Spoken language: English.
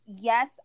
yes